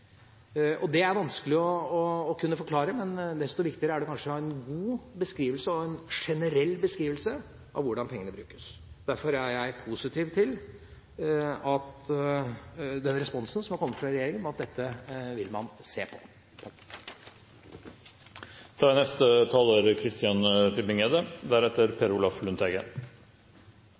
Det er vanskelig å forklare, men desto viktigere er det å ha en god og generell beskrivelse av hvordan pengene brukes. Derfor er jeg positiv til den responsen som har kommet fra regjeringa om at man vil se på